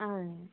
ஆ